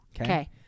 Okay